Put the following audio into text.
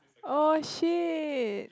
oh shit